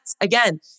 Again